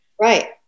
Right